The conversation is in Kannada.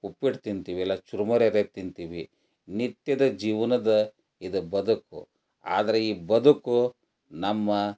ಉಪ್ಪಿಟ್ಟು ತಿಂತೀವಿ ಇಲ್ಲ ಚುರ್ಮುರಿದಾಗ ತಿಂತೀವಿ ನಿತ್ಯದ ಜೀವನದ ಇದು ಬದುಕು ಆದರೆ ಈ ಬದುಕು ನಮ್ಮ